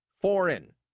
Foreign